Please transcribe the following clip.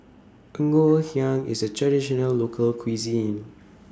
Ngoh Hiang IS A Traditional Local Cuisine